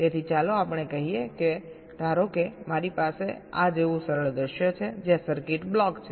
તેથી ચાલો આપણે કહીએ કે ધારો કે મારી પાસે આ જેવું સરળ દૃશ્ય છે જ્યાં સર્કિટ બ્લોક છે